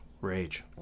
rage